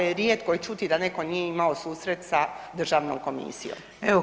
Rijetko je čuti da netko nije imao susret sa Državnom komisijom.